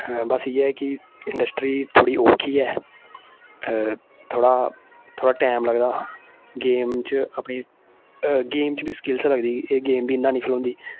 बस इ'यै ऐ कि इंडस्ट्री थोह्ड़ी औक्खी ऐ थोह्ड़ा थोह्ड़ा टैम लगदा गेम च अपनी गेम च बी स्किलस लगदी एह् गेम बी इ'यां हैनी खलोंदी